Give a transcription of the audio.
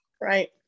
right